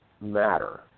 matter